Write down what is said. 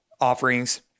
offerings